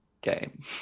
game